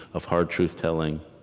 of hard truth-telling.